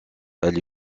elle